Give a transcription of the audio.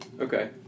Okay